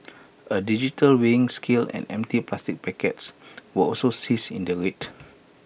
A digital weighing scale and empty plastic packets were also seized in the raid